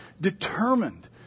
determined